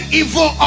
evil